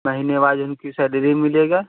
महीने बाद उनकी सैलेरी मिलेगी